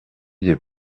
des